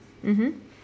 mmhmm